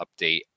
update